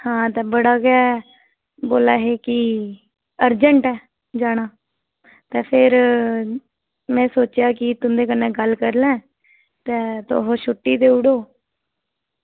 आं ते बड़ा गै बोला दे हे की अरजेंट ऐ जाना ते फिर में सोचेआ तुंदे कन्नै गल्ल करी लें ते तुस छुट्टी देई ओड़ो